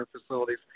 facilities